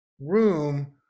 room